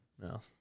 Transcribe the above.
No